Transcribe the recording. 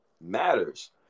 matters